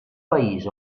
país